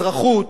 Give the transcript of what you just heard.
אזרחות